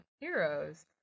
heroes